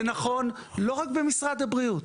זה נכון לא רק במשרד הבריאות.